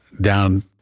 down